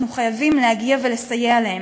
אנחנו חייבים להגיע ולסייע להם.